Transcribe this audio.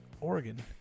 Oregon